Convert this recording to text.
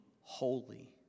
holy